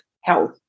health